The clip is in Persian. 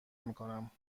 میکنم